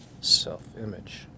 Self-image